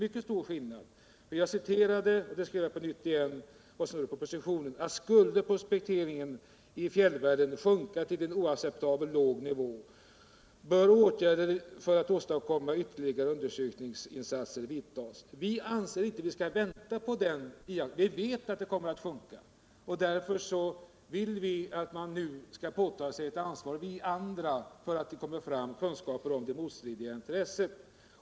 Jag citerade propositionen förut, och jag skall göra det på nytt: ”Skulle prospekteringen i fjällvärlden sjunka till en oacceptabelt låg nivå bör åtgärder för att åstadkomma ytterligare undersökningsinsatser övervägas.” Vi vet att prospekteringen kommer att minska, och därför vill vi att man nu skall påta sig ett ansvar för att det kommer fram kunskaper om det motstridiga intresset.